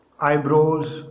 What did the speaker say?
eyebrows